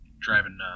Driving